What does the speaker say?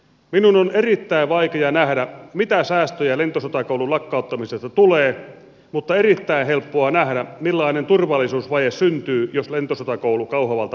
minun on erittäin vaikea nähdä mitä säästöjä lentosotakoulun lakkauttamisesta tulee mutta erittäin helppoa nähdä millainen turvallisuusvaje syntyy jos lentosotakoulu kauhavalta poistuu